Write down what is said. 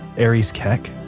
aries keck,